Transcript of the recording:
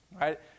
right